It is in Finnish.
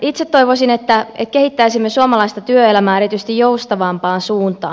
itse toivoisin että kehittäisimme suomalaista työelämää erityisesti joustavampaan suuntaan